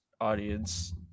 audience